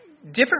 Different